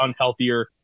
unhealthier